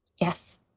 Yes